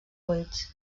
buits